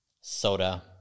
soda